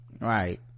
right